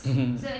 mmhmm